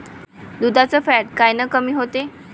दुधाचं फॅट कायनं कमी होते?